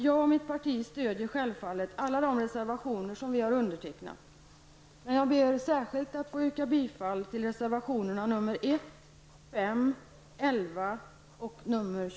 Jag och mitt parti stödjer självfallet de reservationer som vi har undertecknat, men jag ber särskilt att få yrka bifall till reservationerna 1,